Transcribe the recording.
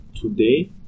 today